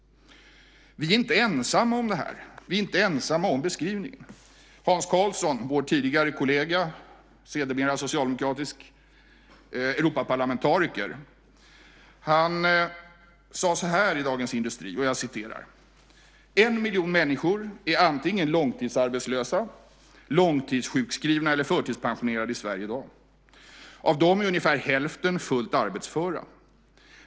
Vi är inte ensamma om den här beskrivningen. Hans Karlsson, vår tidigare kollega, sedermera socialdemokratisk Europaparlamentariker, säger så här i Dagens Industri: "En miljon människor är antingen långtidsarbetslösa, långtidssjukskrivna eller förtidspensionerade i Sverige i dag. Av dem är ungefär hälften fullt arbetsföra.